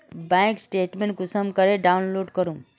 Bank statement कुंसम करे download करूम?